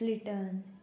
प्लिटन